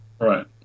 Right